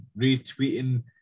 retweeting